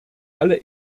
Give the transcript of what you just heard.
alle